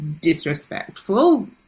disrespectful